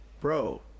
bro